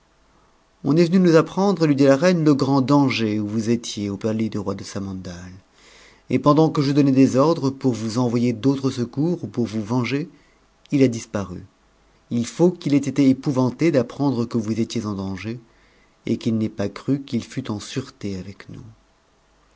on est venu nous apprendre lui dit la reine le grand danger où vous étiez au palais du roi de samandal et pendant que je oncais des ordres pour vous envoyer d'autres secours ou pour vous ger il a disparu ï faut qu'il ait été épouvanté d'apprendre que vous x en danger et qu'il n'ait pas cru qu'il fdt en sûreté avec nous